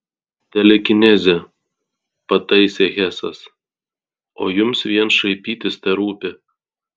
telekinezė pataisė hesas o jums vien šaipytis terūpi